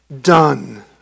done